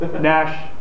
Nash